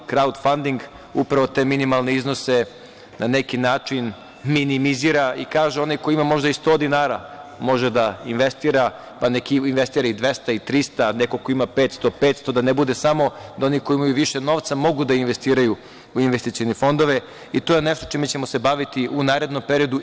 Crowdfunding upravo te minimalne iznose na neki način minimizira i kaže da onaj koji ima možda i 100 dinara može da investira, pa neka investira i 200, 300, neko ko ima 500, 500, da ne bude samo da oni koji imaju više novca mogu da investiraju u investicione fondove, i to je nešto čime ćemo se baviti i u narednom periodu.